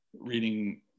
reading